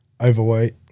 Overweight